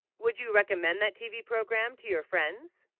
would you recommend that tv program to your friends